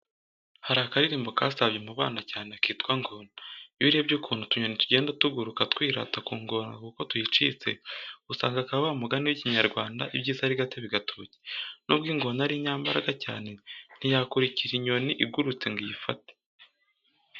Hari akaririmbo kasakaye mu bana cyane kitwa ''Ngona'', iyo urebye ukuntu utunyoni tugenda tuguruka twirata ku ngona kuko tuyicitse, usanga aka wa mugani w'Ikinyarwanda, iby'Isi ari gatebe gatoki, nubwo ingona ari inyambaraga cyane, ntiyakurikira inyoni igurutse ngo iyifate.